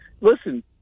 listen